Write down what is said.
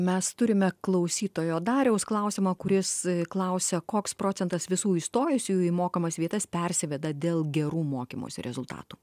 mes turime klausytojo dariaus klausimą kuris klausia koks procentas visų įstojusiųjų į mokamas vietas persiveda dėl gerų mokymosi rezultatų